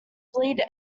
bleed